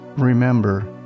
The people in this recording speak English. remember